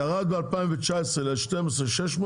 ירד ב-2019 ל-12.6,